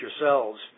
yourselves